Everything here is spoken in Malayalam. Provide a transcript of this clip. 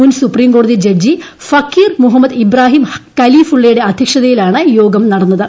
മുൻ സുപ്പീംകോടതി ജഡ്ജി ഫക്കീർ മുഹമ്മദ് ഇബ്രാഹിം കലീഫുള്ളയുടെ അധ്യക്ഷതയിലാണ് യോഗം നടന്നത്